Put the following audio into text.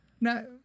No